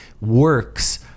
works